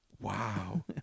Wow